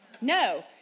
No